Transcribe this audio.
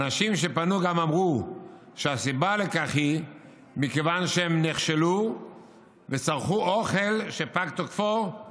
אנשים שפנו גם אמרו שהסיבה לכך היא שהם נכשלו וצרכו אוכל שפג תוקפו היא